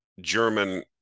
German